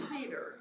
Peter